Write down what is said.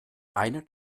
einer